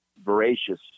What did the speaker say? voracious